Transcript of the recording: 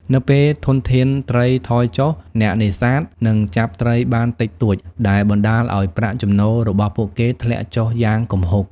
នៅពេលធនធានត្រីថយចុះ អ្នកនេសាទនឹងចាប់ត្រីបានតិចតួច ដែលបណ្ដាលឱ្យប្រាក់ចំណូលរបស់ពួកគេធ្លាក់ចុះយ៉ាងគំហុក។